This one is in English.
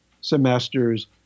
semesters